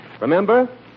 Remember